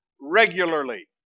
regularly